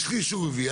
לשליש שהוא הביא.